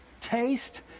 Taste